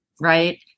right